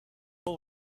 will